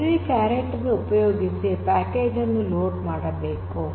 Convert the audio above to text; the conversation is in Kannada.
ಲೈಬ್ರರಿ ಕ್ಯಾರೆಟ್ ಅನ್ನು ಉಪಯೋಗಿಸಿ ಪ್ಯಾಕೇಜ್ ಅನ್ನು ಲೋಡ್ ಮಾಡಬೇಕು